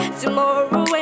tomorrow